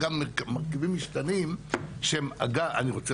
אני רוצה